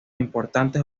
importantes